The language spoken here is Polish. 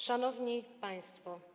Szanowni Państwo!